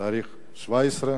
ב-17 במרס,